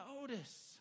notice